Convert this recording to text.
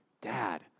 Dad